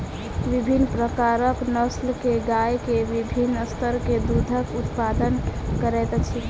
विभिन्न प्रकारक नस्ल के गाय के विभिन्न स्तर के दूधक उत्पादन करैत अछि